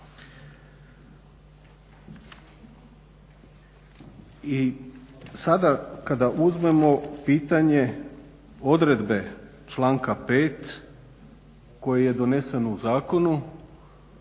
I sada kada uzmemo pitanje odredbe članka 5. koji je donesen u zakonu,